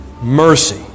mercy